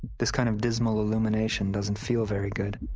this kind of dismal illumination doesn't feel very good